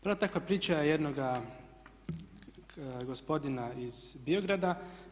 Prva takva priča je jednoga gospodina iz Biograda.